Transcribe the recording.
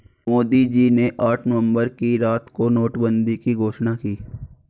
मोदी जी ने आठ नवंबर की रात को नोटबंदी की घोषणा की